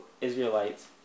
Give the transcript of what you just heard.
Israelites